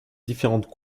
différentes